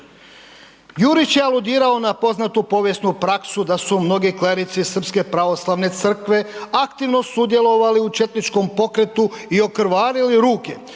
Jurić je aludirao na poznatu povijesnu praksu da su mnogi klerici srpske pravoslavne crkve aktivno sudjelovali u četničkom pokretu i okrvarili ruke